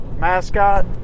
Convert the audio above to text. mascot